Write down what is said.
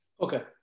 Okay